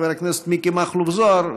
חבר הכנסת מיקי מכלוף זוהר,